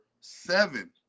seven